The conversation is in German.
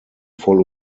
voll